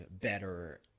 better